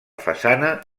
façana